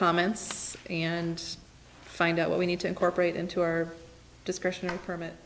comments and find out what we need to incorporate into our discussion and permit